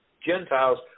Gentiles